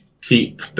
keep